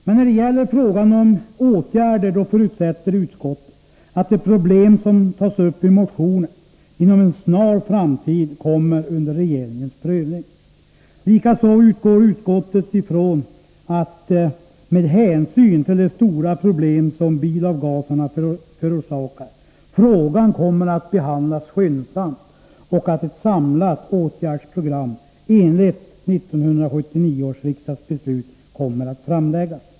Men när det gäller frågan om åtgärder förutsätter utskottet att de problem som tas upp i motionen inom en snar framtid kommer under regeringens prövning. Likaså utgår utskottet ifrån att med hänsyn till de stora problem som bilavgaserna förorsakar frågan kommer att behandlas skyndsamt och att ett samlat åtgärdsprogram enligt 1979 års riksdagsbeslut kommer att framläggas.